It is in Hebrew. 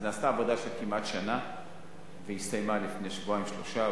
נעשתה עבודה של כמעט שנה והיא הסתיימה לפני שבועיים-שלושה,